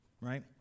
right